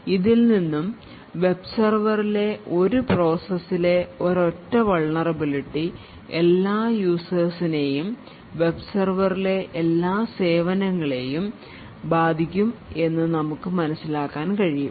ഇതിൽ നിന്നും വെബ് സെർവറിലെ ഒരു processലെ ഒരൊറ്റ vulnerablity എല്ലാ usersനേയും web server ലെ എല്ലാ സേവനങ്ങളെയും ബാധിക്കും എന്ന നമുക്ക് മനസിലാക്കാൻ കഴിയും